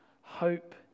hope